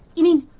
you mean,